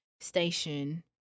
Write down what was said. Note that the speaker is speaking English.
Station